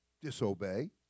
disobey